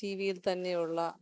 tea വിയിൽ തന്നെയുള്ള